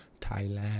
Thailand